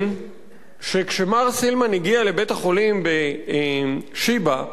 שכשמר סילמן הגיע לבית-החולים "שיבא", בתל-השומר,